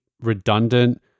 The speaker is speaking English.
redundant